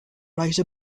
write